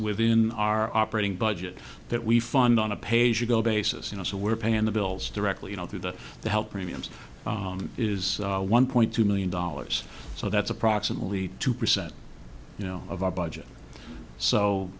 within our operating budget that we fund on a page or go basis you know so we're paying the bills directly you know through the help premiums is one point two million dollars so that's approximately two percent of our budget so